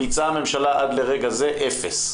ביצעה הממשלה עד לרגע זה אפס.